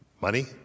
Money